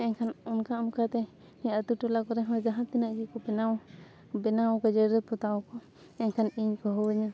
ᱮᱱᱠᱷᱟᱱ ᱚᱱᱠᱟ ᱚᱱᱠᱟᱛᱮ ᱱᱤᱭᱟᱹ ᱟᱛᱳ ᱴᱚᱞᱟ ᱠᱚᱨᱮ ᱦᱚᱸ ᱡᱟᱦᱟᱸ ᱛᱤᱱᱟᱹᱜ ᱜᱮᱠᱚ ᱵᱮᱱᱟᱣ ᱵᱮᱱᱟᱣ ᱠᱚ ᱡᱮᱨᱮᱲ ᱯᱚᱛᱟᱣ ᱠᱚ ᱮᱱᱠᱷᱟᱱ ᱤᱧ ᱠᱚ ᱦᱚᱦᱚᱣ ᱟᱹᱧᱟᱹ